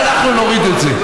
ואנחנו נוריד את זה.